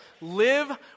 live